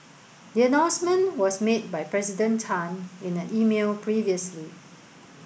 the announcement was made by President Tan in an email previously